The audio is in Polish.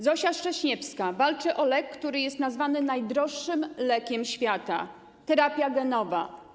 Zosia Szcześniewska walczy o lek, który jest nazwany najdroższym lekiem świata - terapia genowa.